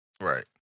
Right